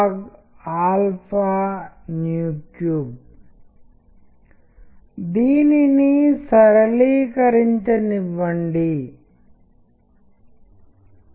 అది ఇక్కడే ఎందుకు కాకూడదు నా వద్ద కొన్ని లెటర్స్ ఉన్నాయి దానిని మీతో చాలా త్వరగా పంచుకుంటాను